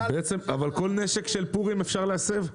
אבל כל נשק של פורים אפשר להסב?